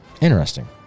Interesting